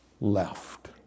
left